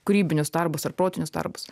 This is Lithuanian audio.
kūrybinius darbus ar protinius darbus